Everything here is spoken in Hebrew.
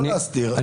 לא להסתיר,